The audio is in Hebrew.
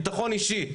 ביטחון אישי,